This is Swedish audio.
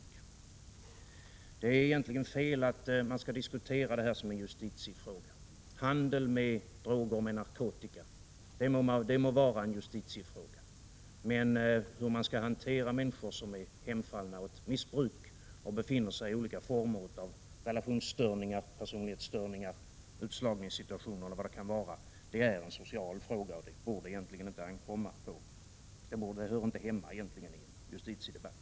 Det är egentligen fel att diskutera det här som en justitiefråga. Handeln med narkotika må vara en justitiefråga, men hur man skall hantera människor som är hemfallna åt missbruk och befinner sig i olika former av relationsstörningar och personlighetsstörningar, utslagningssituationer eller vad det kan vara, är en social fråga, och den hör egentligen inte hemma i en justitiedebatt.